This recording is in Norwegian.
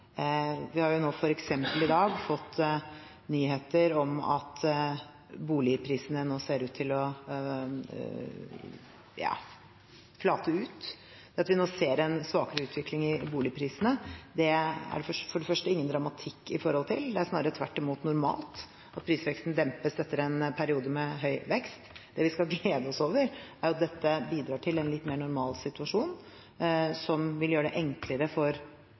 Vi har f.eks. i dag fått nyheter om at boligprisene ser ut til å flate ut. At vi nå ser en svakere utvikling i boligprisene, er det ingen dramatikk knyttet til. Det er snarere tvert imot normalt at prisveksten dempes etter en periode med høy vekst. Det vi skal glede oss over, er at dette bidrar til en litt mer normal situasjon som vil gjøre det enklere for